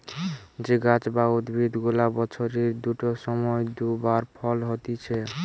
যে গাছ বা উদ্ভিদ গুলা বছরের দুটো সময় দু বার ফল হতিছে